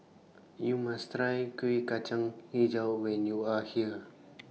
YOU must Try Kueh Kacang Hijau when YOU Are here